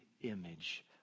image